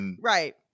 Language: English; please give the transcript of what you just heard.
right